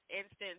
Instance